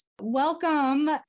Welcome